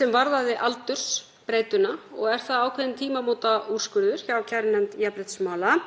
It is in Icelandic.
sem varðaði aldursbreytuna og er það ákveðinn tímamótaúrskurður hjá kærunefnd jafnréttismála.